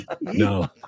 No